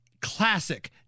classic